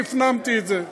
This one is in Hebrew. והפנמתי את זה.